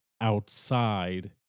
outside